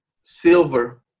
silver